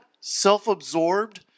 self-absorbed